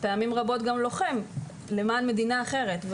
פעמים רבות גם לוחם למען מדינה אחרת,